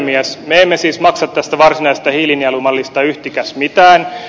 me emme siis maksa tästä varsinaisesta hiilinielumallista yhtikäs mitään